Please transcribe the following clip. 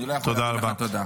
אני לא יכול להגיד לך תודה.